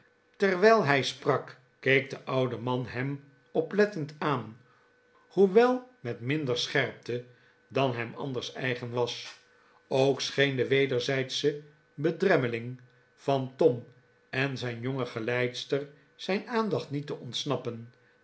terwijl hij sprak keek de oude man hem oplettend aan hoewel met minder scherpte dan hem anders eigen was ook scheen de wederzijdsche bedremmeling van tom en zijn jonge geleidster zijn aandacht niet te ontsnappen